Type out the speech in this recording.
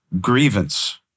Grievance